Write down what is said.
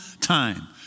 time